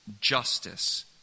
justice